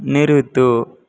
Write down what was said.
நிறுத்து